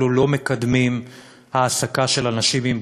אנחנו לא מקדמים העסקה של אנשים עם